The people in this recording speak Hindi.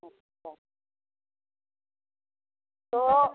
अच्छा तो